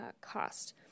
cost